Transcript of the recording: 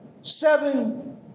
Seven